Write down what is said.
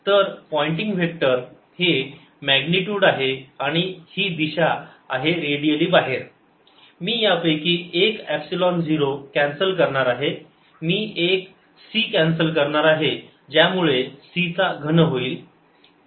तर pointing vector हे magnitude आहे आणि ही दिशा आहे रेडिअली बाहेर मी यापैकी एक एपसिलोन झिरो कॅन्सल करणार आहे मी एक c कॅन्सल करणार आहे ज्यामुळे c चा घन होईल